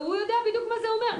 והוא יודע בדיוק מה זה אומר.